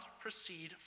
proceed